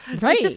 Right